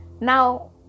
now